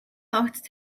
огт